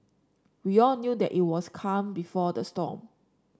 we all knew that it was calm before the storm